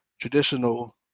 traditional